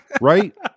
right